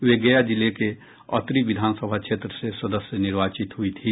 वे गया जिले के अतरी विधानसभा क्षेत्र से सदस्य निर्वाचित हुई थी